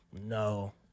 No